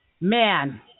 Man